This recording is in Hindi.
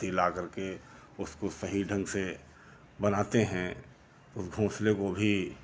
पत्ती ला करके उसको सही ढंग से बनाते हैं उस घोंसले को भी